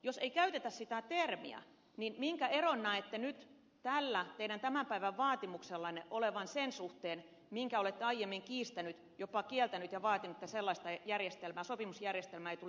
jos ei käytetä sitä termiä niin minkä eron näette nyt tällä teidän tämän päivän vaatimuksellanne olevan siihen nähden minkä olette aiemmin kiistäneet jopa kieltäneet ja vaatineet että sellaista sopimusjärjestelmää ei tule ylläpitää